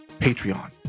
Patreon